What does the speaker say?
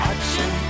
Action